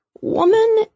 woman